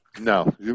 No